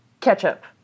Ketchup